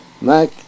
Mac